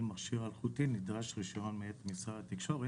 מכשיר אלחוטי נדרש לרישיון מאת משרד התקשורת,